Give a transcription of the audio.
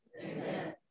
Amen